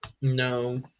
No